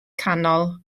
canol